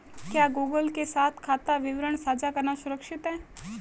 क्या गूगल के साथ खाता विवरण साझा करना सुरक्षित है?